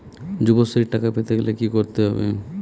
যুবশ্রীর টাকা পেতে গেলে কি করতে হবে?